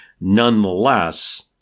nonetheless